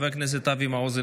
חבר הכנסת אבי מעוז,